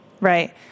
Right